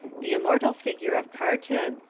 the immortal figure of car ton,